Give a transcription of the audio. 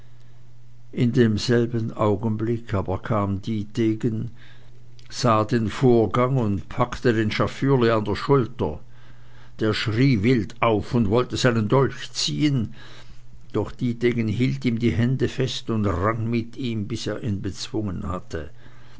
in demselben augenblicke kam aber dietegen sah den vorgang und packte den schafürli an der schulter der schrie wild auf und wollte seinen dolch ziehen doch dietegen hielt ihm die hände fest und rang mit ihm bis er ihn bezwungen hatte